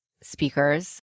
speakers